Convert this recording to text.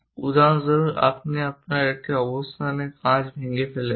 উদাহরণস্বরূপ আপনি আপনার একটি কাচ ভেঙে ফেলেছেন